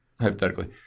Hypothetically